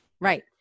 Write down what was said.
Right